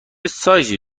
سایزی